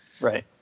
Right